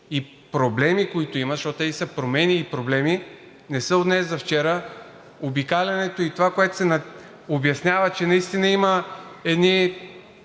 и проблеми, които има, защото тези промени и проблеми не са от днес за вчера. Обикалянето и това, което се обяснява, че наистина има едни